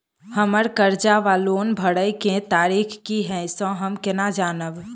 हम्मर कर्जा वा लोन भरय केँ तारीख की हय सँ हम केना जानब?